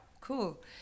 Cool